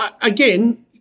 again